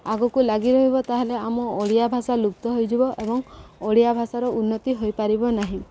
ଆଗକୁ ଲାଗି ରହିବ ତାହେଲେ ଆମ ଓଡ଼ିଆ ଭାଷା ଲୁପ୍ତ ହୋଇଯିବ ଏବଂ ଓଡ଼ିଆ ଭାଷାର ଉନ୍ନତି ହୋଇପାରିବ ନାହିଁ